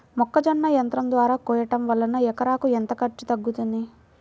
మొక్కజొన్న యంత్రం ద్వారా కోయటం వలన ఎకరాకు ఎంత ఖర్చు తగ్గుతుంది?